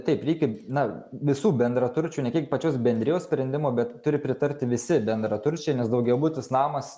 taip reikia na visų bendraturčių ne kiek pačios bendrijos sprendimo bet turi pritarti visi bendraturčiai nes daugiabutis namas